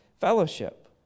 fellowship